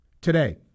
Today